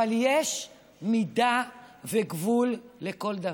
אבל יש מידה וגבול לכל דבר.